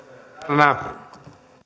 herra